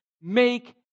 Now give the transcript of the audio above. make